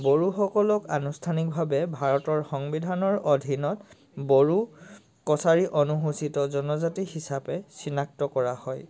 বড়োসকলক আনুষ্ঠানিকভাৱে ভাৰতৰ সংবিধানৰ অধীনত বড়ো কছাৰী অনুসূচীত জনজাতি হিচাপে চিনাক্ত কৰা হয়